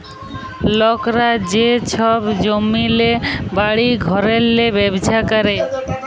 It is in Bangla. লকরা যে ছব জমিল্লে, বাড়ি ঘরেল্লে ব্যবছা ক্যরে